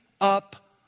up